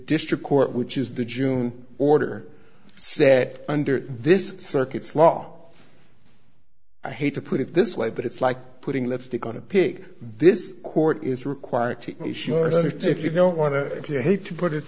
district court which is the june order said under this circuit's law i hate to put it this way but it's like putting lipstick on a pig this court is required to enter to if you don't want to if you hate to put it